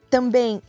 Também